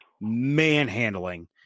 manhandling